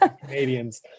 Canadians